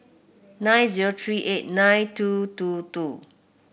nine zero three eight nine two two two